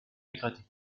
dégradée